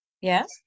Yes